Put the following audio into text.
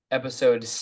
episode